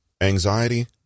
Anxiety